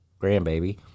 grandbaby